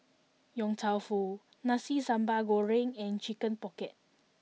Yong Tau Foo Nasi Sambal Goreng and Chicken Pocket